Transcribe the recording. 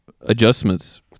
adjustments